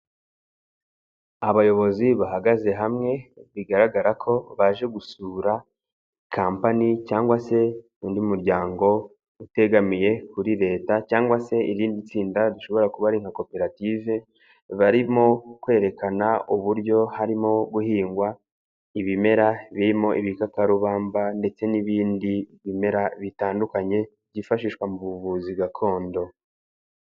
Abayobozi bahagaze hamwe, bigaragara ko baje gusura kampani cyangwa se undi muryango utegamiye kuri leta cyangwa se irindi tsinda rishobora kuba ari nka koperative, barimo kwerekana uburyo harimo guhingwa ibimera birimo ibikakarubamba ndetse n'ibindi bimera bitandukanye byifashishwa mu buvuzi gakondo.